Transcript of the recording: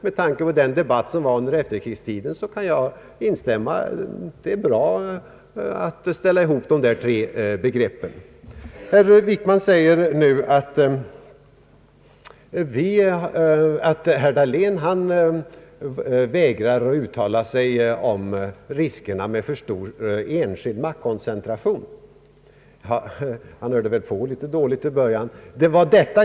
Med tanke på den debatt som fördes närmast efter kriget kan jag instämma i att det är bra att sammanställa dessa tre begrepp. Statsrådet Wickman anför nu att jag vägrar att uttala mig om riskerna med en för stor enskild maktkoncentration. Han måste ha lyssnat dåligt på mitt första anförande.